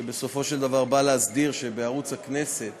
שבסופו של דבר בא להסדיר שבערוץ הכנסת